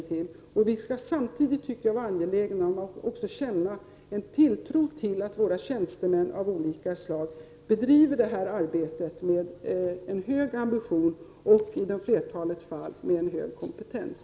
Samtidigt tycker jag att vi skall vara angelägna om att hysa tilltro till att våra tjänstemän av olika slag bedriver detta arbete med höga ambitioner och, i flertalet fall, med hög kompetens.